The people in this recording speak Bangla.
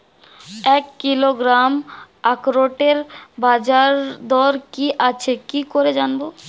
এক কিলোগ্রাম আখরোটের বাজারদর কি আছে কি করে জানবো?